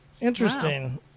Interesting